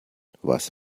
was